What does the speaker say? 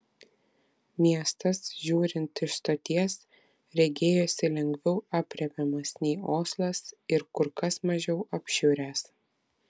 miestas žiūrint iš stoties regėjosi lengviau aprėpiamas nei oslas ir kur kas mažiau apšiuręs